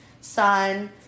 son